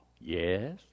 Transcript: Yes